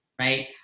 right